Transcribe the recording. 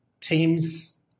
teams